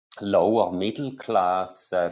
lower-middle-class